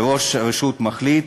שראש רשות מחליט,